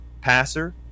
passer